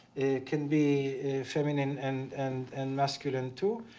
it can be feminine and and and masculine too,